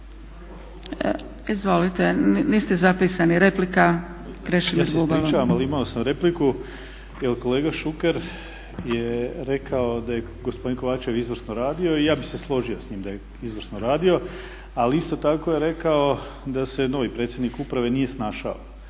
Replika, Krešimir Bubalo. **Bubalo, Krešimir (HDSSB)** Ja se ispričavam ali imao sam repliku. Kolega Šuker je rekao da je gospodin Kovačev izvrsno radio i ja bih se složio da je izvrsno radio, ali isto tako je rekao da se novi predsjednik uprave nije snašao.